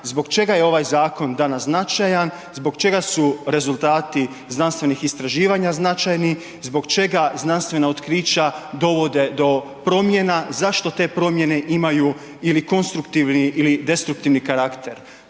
zbog čega je ovaj zakon danas značajan, zbog čega su rezultati znanstvenih istraživanja značajni, zbog čega znanstvena otkrića dovode do promjena, zašto te promjene imaju ili konstruktivni ili destruktivni karakter,